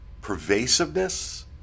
pervasiveness